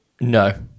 no